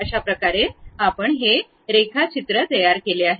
अशाप्रकारे आपण रेखाचित्र तयार केले आहे